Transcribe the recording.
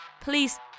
Please